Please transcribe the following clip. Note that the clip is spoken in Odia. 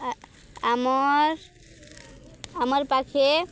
ଆ ଆମର୍ ଆମର୍ ପାଖେ